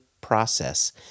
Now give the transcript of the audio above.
process